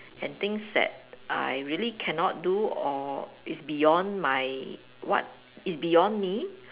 and things that I really cannot do or is beyond my what is beyond me